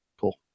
cool